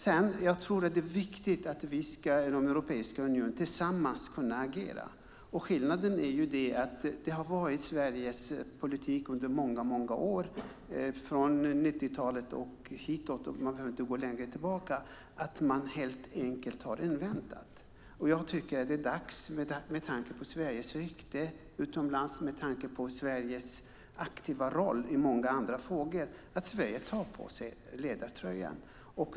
Det är viktigt att vi kan agera tillsammans i Europeiska unionen. Det har varit Sveriges politik under många år, från 90-talet och framåt - vi kan ju inte gå längre tillbaka i tiden - att man helt enkelt har väntat. Jag tycker att det med tanke på Sveriges rykte utomlands och med tanke på Sveriges aktiva roll i många andra frågor är dags för Sverige att ta på sig ledartröjan.